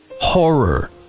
Horror